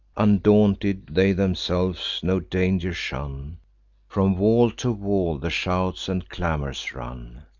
undaunted, they themselves no danger shun from wall to wall the shouts and clamors run.